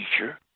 teacher